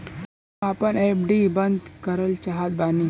हम आपन एफ.डी बंद करल चाहत बानी